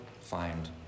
find